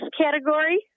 category